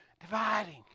dividing